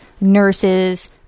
nurses